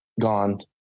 gone